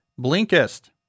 Blinkist